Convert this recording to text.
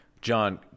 John